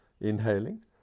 inhaling